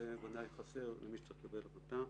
זה ודאי חסר למי שצריך לקבל החלטה.